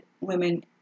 women